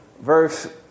verse